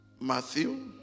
Matthew